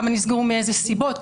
כמה נסגרו מאילו סיבות,